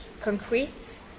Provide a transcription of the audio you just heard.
concrete